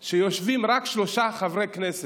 שיושבים רק שלושה חברי כנסת,